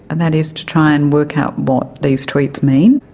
and that is to try and work out what these tweets mean.